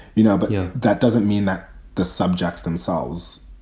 you know, but yeah that doesn't mean that the subjects themselves,